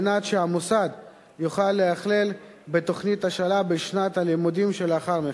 על מנת שהמוסד יוכל להיכלל בתוכנית ההשאלה בשנת הלימודים שלאחר מכן.